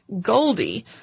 Goldie